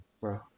bro